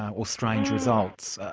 or strange results.